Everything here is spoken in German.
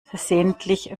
versehentlich